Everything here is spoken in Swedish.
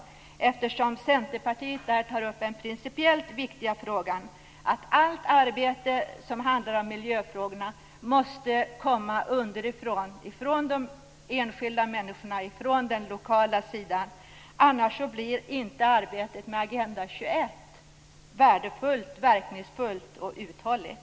Där tar Centerpartiet upp den principiellt viktiga frågan om att allt arbete som handlar om miljöfrågor måste komma underifrån - från de enskilda människorna, från den lokala sidan - för annars blir inte arbetet med Agenda 21 värdefullt, verkningsfullt och uthålligt.